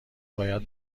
باید